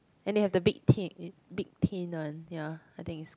and they have the big tin big tin one ya I think is